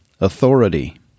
authority